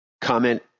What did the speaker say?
comment